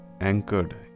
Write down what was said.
anchored